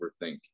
overthink